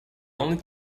only